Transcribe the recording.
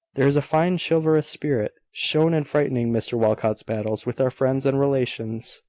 there is a fine chivalrous spirit shown in fighting mr walcot's battles with our friends and relations.